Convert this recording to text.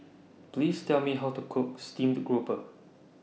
Please Tell Me How to Cook Steamed Grouper